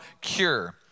cure